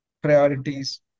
priorities